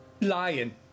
Lion